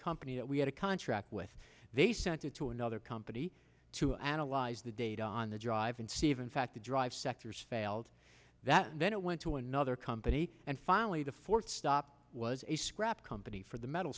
company that we had a contract with they sent it to another company to analyze the data on the drive and even fact the drive sectors failed that then it went to another company and finally the fourth stop was a scrap company for the metal